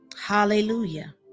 Hallelujah